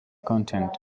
content